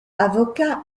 avocat